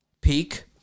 peak